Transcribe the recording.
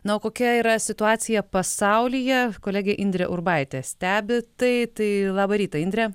na o kokia yra situacija pasaulyje kolegė indrė urbaitė stebi tai tai labą rytą indre